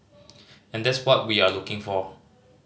and that's what we are looking for